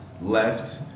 left